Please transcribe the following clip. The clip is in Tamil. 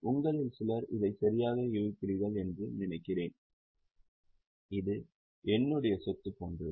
உங்களில் சிலர் இதை சரியாக யூகிக்கிறீர்கள் என்று நினைக்கிறேன் இது என்னுடைய சொத்து போன்றது